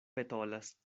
petolas